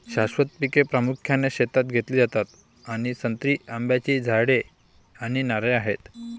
शाश्वत पिके प्रामुख्याने शेतात घेतली जातात आणि संत्री, आंब्याची झाडे आणि नारळ आहेत